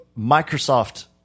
microsoft